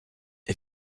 you